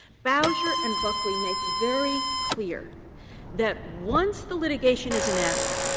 bowsher and buckley make very clear that once the litigation is enacted,